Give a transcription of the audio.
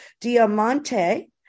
Diamante